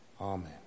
Amen